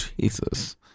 Jesus